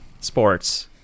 Sports